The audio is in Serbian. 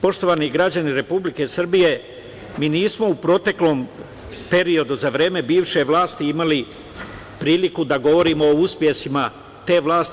Poštovani građani Republike Srbije, mi nismo u proteklom periodu za vreme bivše vlasti imali priliku da govorimo o uspesima te vlati.